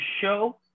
show